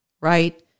right